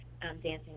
Dancing